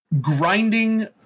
grinding